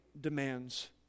demands